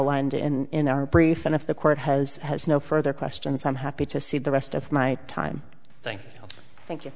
aligned in our brief and if the court has has no further questions i'm happy to see the rest of my time thank